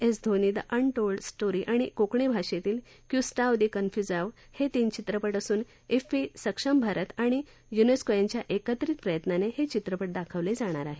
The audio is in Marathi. S Dhoni the untold story आणि कोकणी भाषेतील क्युस्टाओ दि कन्फ्युजाव हे तीन चित्रपट असून इफ्फी सक्षम भारत आणि युनेस्को यांच्या एकत्रित प्रयत्नानं हे चित्रपट दाखवले जातील